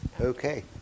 Okay